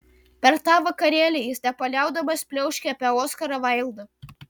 per tą vakarėlį jis nepaliaudamas pliauškė apie oskarą vaildą